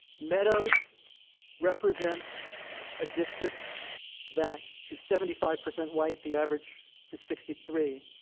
meadows represents a district that is seventy five percent white. the average is sixty three.